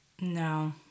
No